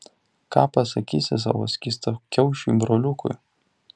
ką pasakysi savo skystakiaušiui broliukui